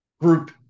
group